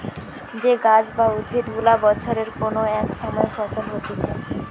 যে গাছ বা উদ্ভিদ গুলা বছরের কোন এক সময় ফল হতিছে